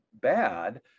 bad